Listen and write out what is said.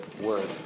word